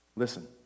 Listen